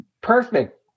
perfect